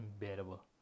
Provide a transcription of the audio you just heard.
unbearable